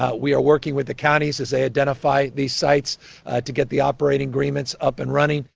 ah we are working with the counties as they identify these sites to get the operating agreements up and running.